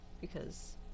because-